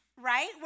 Right